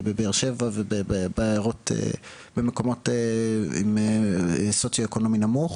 בבאר שבע ובמקומות סוציו אקונומי נמוך,